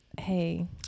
hey